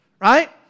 Right